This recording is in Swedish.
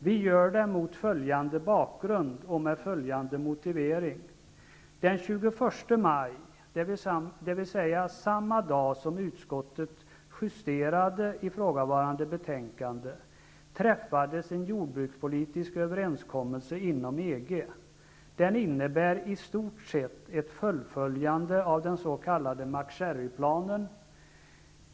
Vi gör det mot följande bakgrund och med följande motivering: Den 21 maj, dvs. samma dag som utskottet justerade ifrågavarande betänkande träffades en jordbrukspolitisk överenskommelse inom EG. Den innebär i stort sett ett fullföljande av den sk. MacSharry-planen.